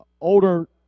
older